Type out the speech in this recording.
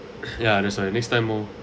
ya that's why next time orh